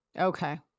Okay